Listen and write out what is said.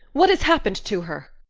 what has happened to her?